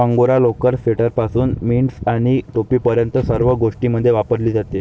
angora लोकर, स्वेटरपासून mittens आणि टोपीपर्यंत सर्व गोष्टींमध्ये वापरली जाते